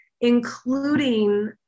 including